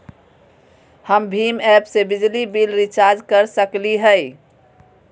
हम भीम ऐप से बिजली बिल रिचार्ज कर सकली हई?